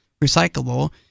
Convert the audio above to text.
Recyclable